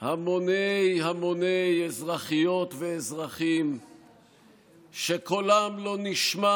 המוני המוני אזרחיות ואזרחים שקולם לא נשמע